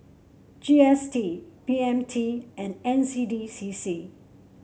G S T B M T and N C D C C